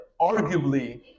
arguably